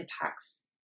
impacts